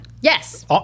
Yes